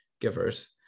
givers